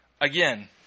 again